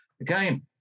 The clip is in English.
again